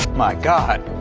my god!